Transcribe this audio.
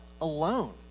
alone